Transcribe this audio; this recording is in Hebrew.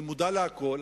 אני מודע לכול,